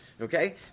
Okay